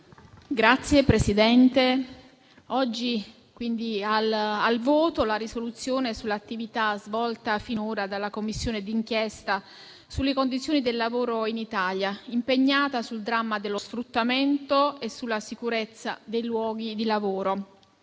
Signor Presidente, oggi è al voto la risoluzione sull'attività svolta finora dalla Commissione d'inchiesta sulle condizioni del lavoro in Italia, impegnata sul dramma dello sfruttamento e sulla sicurezza dei luoghi di lavoro.